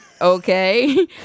okay